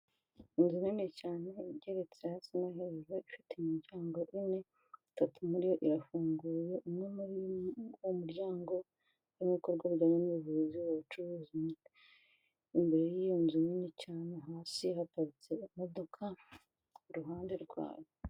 Inzu nini cyane igeretse hasi nohejuru ifite imiryango ine itatu muriyo irafunguye umwe muri uwo muryango arimo ibikorwa bijyanye n'ubuvuzi ubucuruzi imbere y'iyo nzu nini cyane hasi haparitse imodoka i ruhande rwayo.